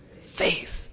Faith